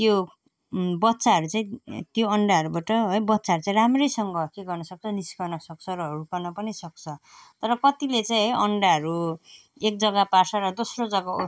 त्यो बच्चाहरू चाहिँ त्यो अन्डाहरूबाट है बच्चाहरू चाहिँ राम्रोसँग के गर्न सक्छ निस्कन सक्छ र हुर्कन पनि सक्छ तर कतिले चाहिँ है अन्डाहरू एक जग्गा पार्छ र दोस्रो जग्गा